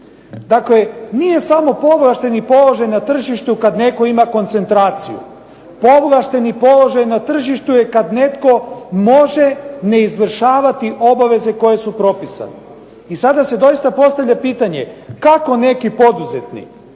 Dakle, nije samo povlašteni položaj na tržištu kad netko ima koncentraciju. Povlašteni položaj na tržištu je kad netko može neizvršavati obaveze koje su propisane. I sada se doista postavlja pitanje kako neki poduzetnik